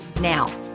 Now